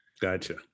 gotcha